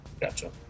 Gotcha